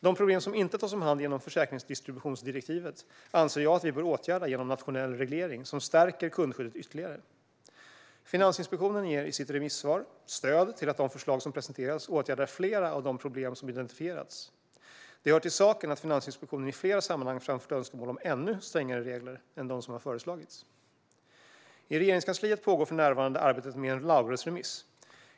De problem som inte tas om hand genom försäkringsdistributionsdirektivet anser jag att vi bör åtgärda genom nationell reglering som stärker kundskyddet ytterligare. Finansinspektionen ger i sitt remissvar stöd till att de förslag som presenterats åtgärdar flera av de problem som identifierats. Det hör till saken att Finansinspektionen i flera sammanhang framfört önskemål om ännu strängare regler än de som har föreslagits. I Regeringskansliet pågår för närvarande arbetet med en lagrådsremiss.